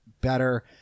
better